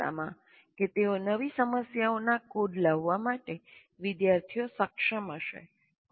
એવી આશામાં કે તેઓ નવી સમસ્યાઓનો કોડ લાવવા માટે વિદ્યાર્થીઓ સક્ષમ હશે